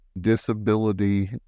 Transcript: disability